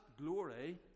glory